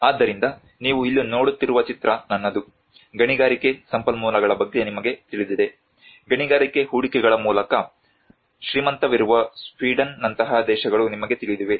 ಆದ್ದರಿಂದ ನೀವು ಇಲ್ಲಿ ನೋಡುತ್ತಿರುವ ಚಿತ್ರ ನನ್ನದು ಗಣಿಗಾರಿಕೆ ಸಂಪನ್ಮೂಲಗಳ ಬಗ್ಗೆ ನಿಮಗೆ ತಿಳಿದಿದೆ ಗಣಿಗಾರಿಕೆ ಹೂಡಿಕೆಗಳ ಮೂಲಕ ಶ್ರೀಮಂತವಿರುವ ಸ್ವೀಡನ್ನಂತಹ ದೇಶಗಳು ನಿಮಗೆ ತಿಳಿದಿವೆ